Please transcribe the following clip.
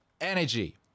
energy